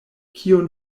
kion